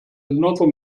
another